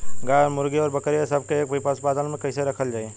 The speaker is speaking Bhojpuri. गाय और मुर्गी और बकरी ये सब के एक ही पशुपालन में कइसे रखल जाई?